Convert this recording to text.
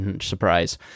Surprise